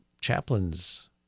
Chaplains